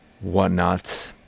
whatnot